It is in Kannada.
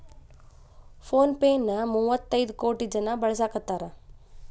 ಫೋನ್ ಪೆ ನ ಮುವ್ವತೈದ್ ಕೋಟಿ ಜನ ಬಳಸಾಕತಾರ